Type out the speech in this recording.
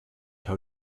how